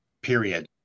Period